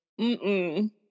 Mm-mm